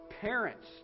Parents